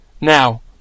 Now